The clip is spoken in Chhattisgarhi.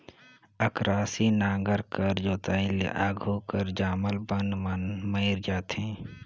अकरासी नांगर कर जोताई ले आघु कर जामल बन मन मइर जाथे